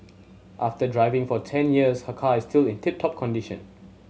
after driving for ten years her car is still in tip top condition